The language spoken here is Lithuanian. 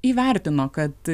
įvertino kad